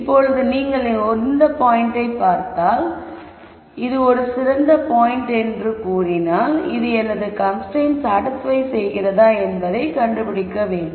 இப்போது நீங்கள் இந்த பாயிண்ட்டை பார்த்தால் பிறகு இது ஒரு சிறந்த பாயிண்ட் என்று கூறினால் இது எனது கன்ஸ்ரைன்ட்டை சாடிஸ்பய் செய்கிறதா என்பதைக் கண்டுபிடிக்க வேண்டும்